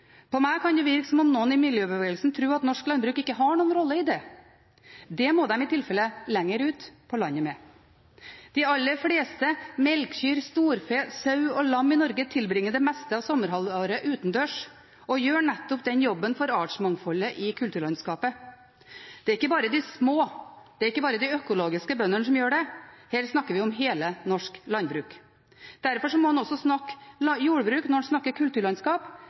På meg kan det virke som om noen i miljøbevegelsen tror at norsk landbruk ikke har noen rolle i det. Det må de i tilfelle lenger ut på landet med. De aller fleste melkekyr, storfe, sau og lam i Norge tilbringer det meste av sommerhalvåret utendørs og gjør nettopp den jobben for artsmangfoldet i kulturlandskapet. Det er ikke bare de økologiske bøndene som gjør det. Her snakker vi om hele det norske landbruket. Derfor må man også snakke jordbruk når man snakker kulturlandskap.